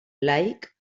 laic